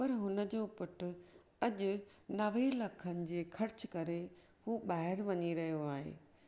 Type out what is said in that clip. पर हुन जो पुट अज नवे लखनि जे ख़र्चु करे हूह बाहिरि वञी रहियो आहे